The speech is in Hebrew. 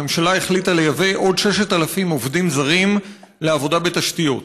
הממשלה החליטה לייבא עוד 6,000 עובדים זרים לעבודה בתשתיות.